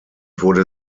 wurde